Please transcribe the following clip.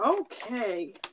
Okay